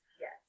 Yes